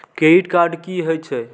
Credit card की हे छे?